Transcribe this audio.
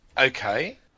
Okay